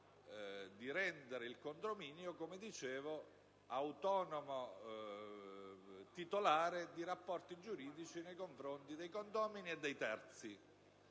di rendere il condominio autonomo titolare di rapporti giuridici nei confronti dei condomini e dei terzi.